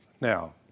Now